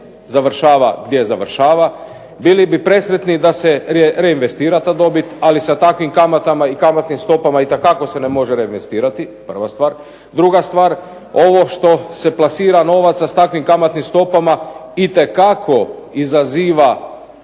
završava gdje završava. Bili bi presretni da se reinvestira ta dobit, ali sa takvim kamatama i kamatnim stopama itekako se ne možemo reinvestirati, prva stvar. Druga stvar, ovo što se plasira novaca s takvim kamatnim stopama itekako izaziva